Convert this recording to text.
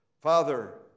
Father